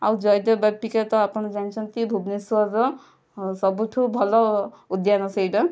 ଆଉ ଜୟଦେବ ବାଟିକା ତ ଆପଣ ଜାଣିଛନ୍ତି ଭୁବନେଶ୍ୱରର ଅ ସବୁଠୁ ଭଲ ଉଦ୍ୟାନ ସେହିଟା